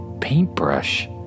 paintbrush